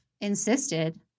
insisted